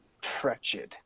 treacherous